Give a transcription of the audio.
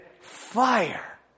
fire